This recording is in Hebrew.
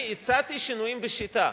אני הצעתי שינויים בשיטה.